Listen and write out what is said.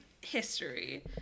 history